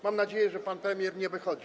Mam nadzieję, że pan premier nie wychodzi.